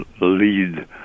lead